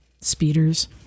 speeders